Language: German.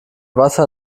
wasser